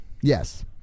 Yes